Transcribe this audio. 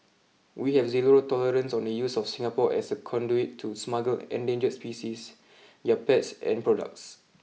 we have zero tolerance on the use of Singapore as a conduit to smuggle endangered species their pets and products